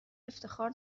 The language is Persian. افتخار